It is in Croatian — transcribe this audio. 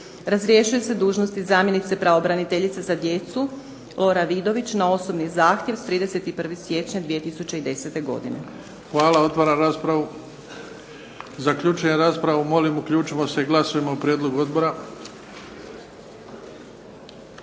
Razrješuje se dužnosti zamjenice pravobraniteljice za djecu Lora Didović na osobni zahtjev s 31. siječnja 2010. godine. **Bebić, Luka (HDZ)** Hvala. Otvaram raspravu. Zaključujem raspravu. Molim uključimo se i glasujmo o prijedlogu odbora.